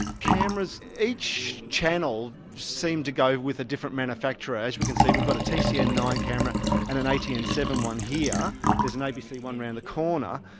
cameras. each channel seemed to go with a different manufacturer. as we can see, we've got a tcn nine camera and an atn seven one there's an abc one around the corner.